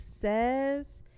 says